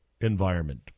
environment